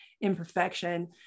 imperfection